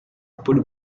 por